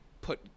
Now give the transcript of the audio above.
put